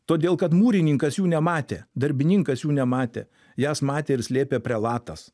todėl kad mūrininkas jų nematė darbininkas jų nematė jas matė ir slėpė prelatas